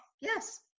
Yes